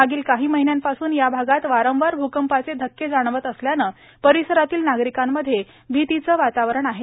मागील काही महिन्यांपासून या भागात वारंवार भूकंपाचे धक्के जाणवत असल्यानं परिसरातील नागरिकांमध्ये भीतीचं वातावरण आहे